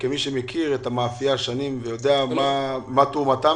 כמי שמכיר את המאפייה שנים ויודע מה תרומתה,